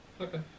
okay